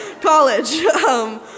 College